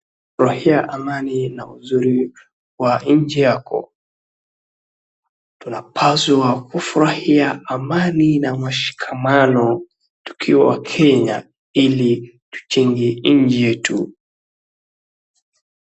Furahia amani na uzuri wa nchi yako. Tunapaswa kufurahia amani na mashikamano tukiwa Kenya ili tujenge nchi yetu.